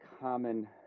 common